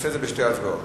בשתי הצבעות.